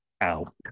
out